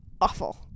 awful